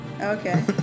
Okay